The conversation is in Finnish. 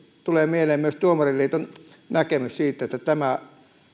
tulee mieleen myös tuomariliiton näkemys siitä että tämä